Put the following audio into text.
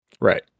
Right